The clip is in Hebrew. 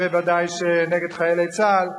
וודאי שנגד חיילי צה"ל,